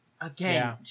Again